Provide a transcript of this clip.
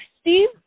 Steve